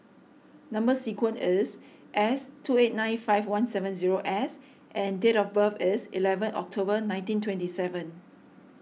Number Sequence is S two eight nine five one seven zero S and date of birth is eleven October nineteen twenty seven